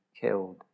killed